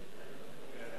שיש לי